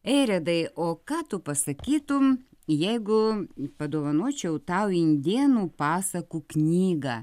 eiridai o ką tu pasakytum jeigu padovanočiau tau indėnų pasakų knygą